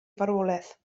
farwolaeth